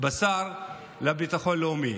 בשר לביטחון לאומי.